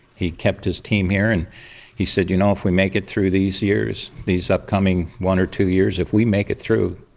he kept his team here and he said, you know, if we make it through these years, these upcoming one or two years, if we make it through,